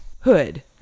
Hood